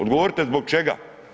Odgovorite zbog čega?